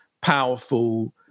powerful